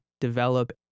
develop